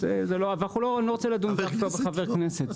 אבל אני לא רוצה לדון עכשיו בחבר כנסת,